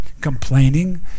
complaining